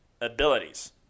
abilities